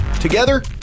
Together